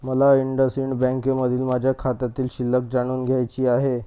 मला इंडसइंड बँकेमधील माझ्या खात्यातील शिल्लक जाणून घ्यायची आहे